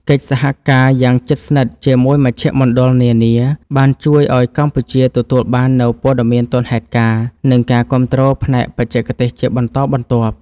កិច្ចសហការយ៉ាងជិតស្និទ្ធជាមួយមជ្ឈមណ្ឌលនានា បានជួយឱ្យកម្ពុជាទទួលបាននូវព័ត៌មានទាន់ហេតុការណ៍ និងការគាំទ្រផ្នែកបច្ចេកទេសជាបន្តបន្ទាប់។